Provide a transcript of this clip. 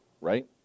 Right